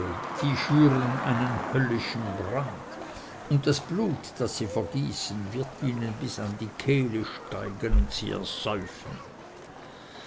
schüren einen höllischen brand das blut das sie vergießen wird ihnen bis an die kehle steigen und sie ersäufen